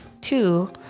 Two